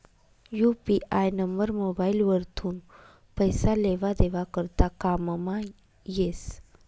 UPI number mobile वरथून पैसा लेवा देवा करता कामंमा येस